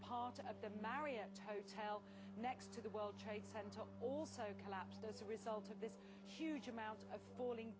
part of the marriott hotel next to the world trade center also collapsed as a result of this huge amount of f